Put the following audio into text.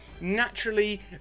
Naturally